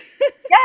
Yes